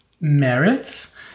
Merits